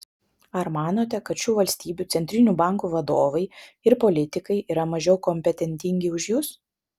ar manote kad šių valstybių centrinių bankų vadovai ir politikai yra mažiau kompetentingi už jus